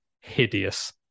hideous